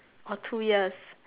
or two years